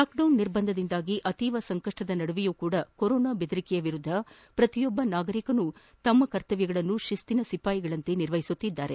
lockdown ನಿರ್ಬಂಧದಿಂದಾಗಿ ಅತೀವ ಸಂಕಷ್ಷದ ನಡುವೆಯೂ ಸಹ ಕೊರೋನಾ ಬೆದರಿಕೆಯ ವಿರುದ್ದ ಪ್ರತಿಯೊಬ್ಬ ನಾಗರಿಕನೂ ತಮ್ಮ ಕರ್ತಮ್ಯಗಳನ್ನು ಶಿಸ್ತಿನ ಸಿಪಾಯಿಗಳಂತೆ ನಿರ್ವಹಿಸುತ್ತಿದ್ದಾರೆ